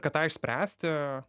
kad tą išspręsti